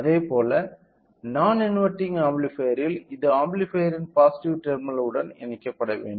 அதேபோல நான் இன்வெர்டிங் ஆம்ப்ளிஃபையர்ல் இது ஆம்ப்ளிஃபையர்ன் பாசிட்டிவ் டெர்மினல் உடன் இணைக்கப்பட வேண்டும்